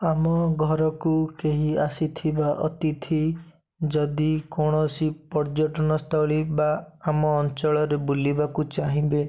ଆମ ଘରକୁ କେହି ଆସିଥିବା ଅତିଥି ଯଦି କୌଣସି ପର୍ଯ୍ୟଟନସ୍ଥଳୀ ବା ଆମ ଅଞ୍ଚଳରେ ବୁଲିବାକୁ ଚାହିଁବେ